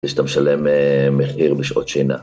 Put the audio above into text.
שאתה משלם מחיר בשעות שינה.